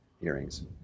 hearings